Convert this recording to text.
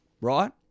right